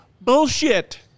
bullshit